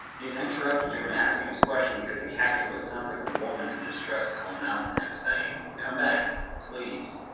he's interrupted jeremy asking this question because you capture but sounds like a wolden in distress calling out to him saying come back please.